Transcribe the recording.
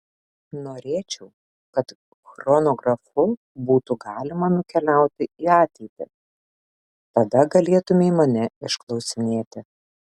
norėčiau kad chronografu būtų galima nukeliauti į ateitį tada galėtumei mane išklausinėti